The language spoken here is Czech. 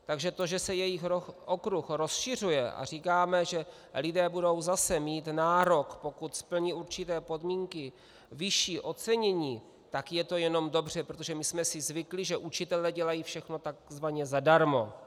Takže to, že se jejich okruh rozšiřuje, a říkáme, že lidé zase budou mít nárok, pokud splní určité podmínky, vyšší ocenění, tak je to jenom dobře, protože my jsme si zvykli, že učitelé dělají všechno takzvaně zadarmo.